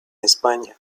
españa